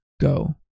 go